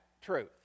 truth